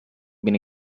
been